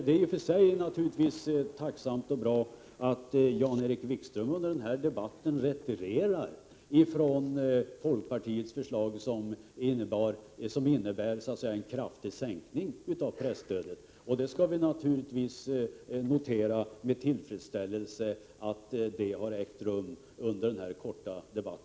Det är i och för sig tacknämligt och bra att Jan-Erik Wikström retirerar från folkpartiets förslag, som innebär en kraftig sänkning av presstödet, och vi skall naturligtvis notera med tillfredsställelse att detta har ägt rum under denna korta debatt.